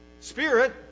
Spirit